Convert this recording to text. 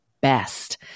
best